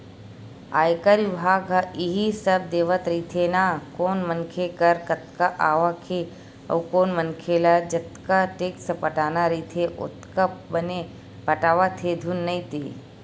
आयकर बिभाग ह इही सब देखत रहिथे ना कोन मनखे कर कतका आवक हे अउ ओ मनखे ल जतका टेक्स पटाना रहिथे ओतका बने पटावत हे धुन नइ ते